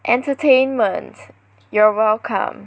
entertainment you're welcome